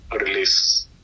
release